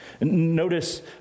Notice